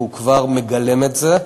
והוא כבר מגלם את זה.